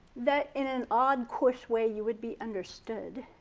that in an odd course way, you would be understood.